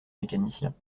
mécaniciens